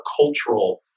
cultural